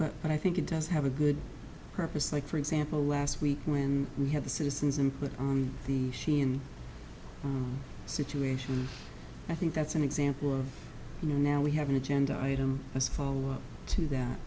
colorful but i think it does have a good purpose like for example last week when we had the citizens input on the scene situation i think that's an example of you know now we have an agenda item as follow up to that